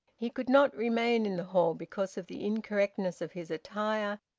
he could not remain in the hall because of the incorrectness of his attire,